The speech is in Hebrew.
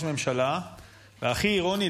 לוי,